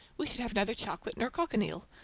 we should have neither chocolate nor cochineal.